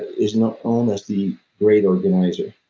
is known um as the great organizer.